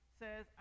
says